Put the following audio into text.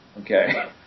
Okay